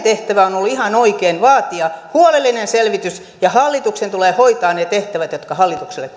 tehtävänsä on ollut ihan oikein vaatia huolellinen selvitys ja hallituksen tulee hoitaa ne tehtävät jotka hallitukselle